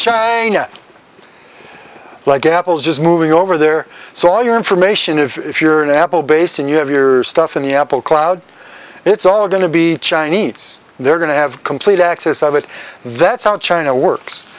china like apple just moving over there so all your information if you're an apple base and you have your stuff in the apple cloud it's all going to be chinese and they're going to have complete access of it that's out china works